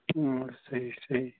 آ صیحح صیحح